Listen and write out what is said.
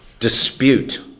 Dispute